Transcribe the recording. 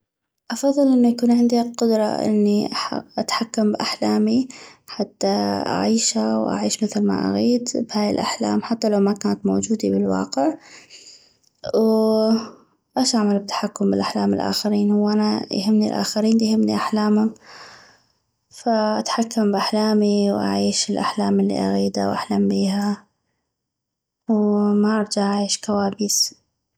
افضل انو يكون عندي قدرة اني اتحكم باحلامي حتى اعيشا واعيش مثل ما اغيد بهاي الاحلام حتى لو ما كانت موجودي بالواقع واش اعمل بتحكم باحلام الاخرين هو انا يهمني الاخرين ديهمني احلامم فاتحكم باحلامي واعيش الاحلام الي اغيدا واحلم بيها وما ارجع اعيش كوابيس